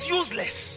useless